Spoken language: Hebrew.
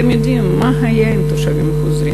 אתם יודעים מה היה עם תושבים חוזרים?